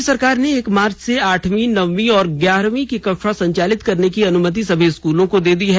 राज्य सरकार ने एक मार्च से आठवी नौवी और ग्यारहवी की कक्षा संचालित करने की अनुमति सभी स्कूलों को दी है